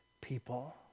people